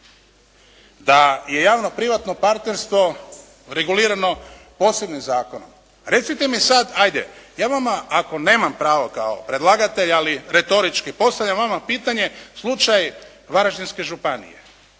da je javno privatno partnerstvo regulirano posebnim zakonom. Recite mi sad ajde, ja vama ako nemam pravo kao predlagatelj ali retorički postavljam vama pitanje slučaj Varaždinske županije.